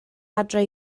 adre